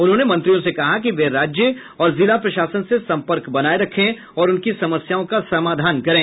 उन्होंने मंत्रियों से कहा कि वे राज्य और जिला प्रशासन से सम्पर्क बनाये रखें और उनकी समस्याओं का समाधान करें